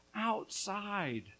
outside